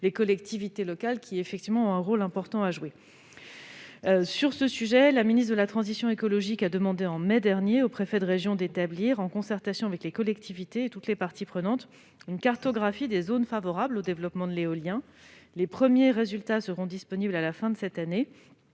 les collectivités locales, lesquelles jouent, effectivement, un rôle important. À cet égard, Mme la ministre de la transition écologique a demandé aux préfets de région, en mai dernier, d'établir, en concertation avec les collectivités et toutes les parties prenantes, une cartographie des zones favorables au développement de l'éolien. Les premiers résultats seront disponibles à la fin de cette année